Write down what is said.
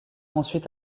ensuite